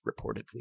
reportedly